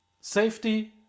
safety